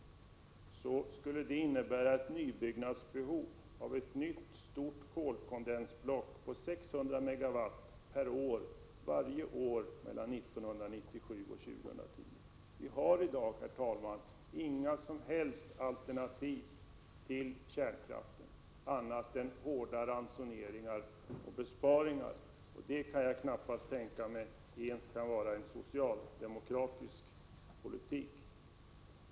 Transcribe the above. Det skulle innebära ett nybyggnadsbehov av ett stort kolkondensblock på 600 MW varje år mellan år 1997 och år 2010. Vi har i dag, herr talman, inga som helst alternativ till kärnkraften annat än hårda ransoneringar och besparingar, och det kan jag knappast tänka mig kan vara ens en socialdemokratisk politik.